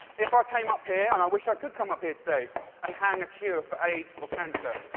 if i came up here, and i wish i could come up here today and hang a cure for aids or cancer,